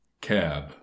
cab